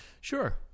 Sure